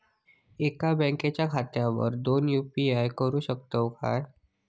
एका बँक खात्यावर दोन यू.पी.आय करुक शकतय काय?